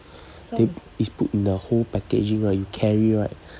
they is put in the whole packaging right you carry right